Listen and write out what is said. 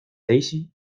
daisy